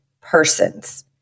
persons